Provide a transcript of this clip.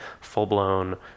full-blown